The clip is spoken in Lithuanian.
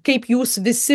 kaip jūs visi